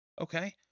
Okay